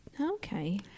Okay